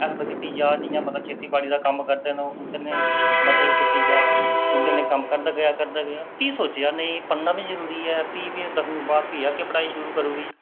help कीती जा जि'यां मतलब खेती बाड़ी दा कम्म करदे न ओह् उ'नें ई मदद कीती जा उं'दे नै कम्म करदा रेहा करदा रेहा भी सोचेआ नेईं पढ़ना बी जरूरी ऐ भी में दसमीं बाद भी अग्गें पढ़ाई शुरू करी ओड़ी